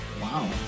Wow